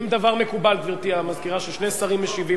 האם הדבר מקובל, גברתי המזכירה, ששני שרים משיבים?